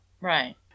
Right